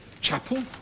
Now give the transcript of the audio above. chapel